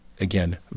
again